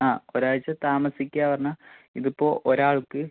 ആ ഒരാഴ്ച താമസിക്കുക പറഞ്ഞാൽ ഇത് ഇപ്പോൾ ഒരാൾക്ക്